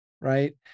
right